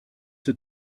had